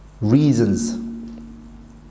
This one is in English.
reasons